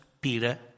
Peter